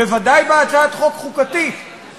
בוודאי בהצעת חוק חוקתית,